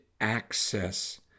access